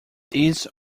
these